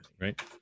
right